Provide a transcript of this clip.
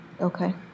Okay